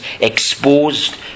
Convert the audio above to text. exposed